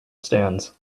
stands